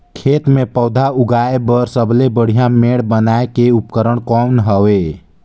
खेत मे पौधा उगाया बर सबले बढ़िया मेड़ बनाय के उपकरण कौन हवे?